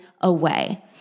away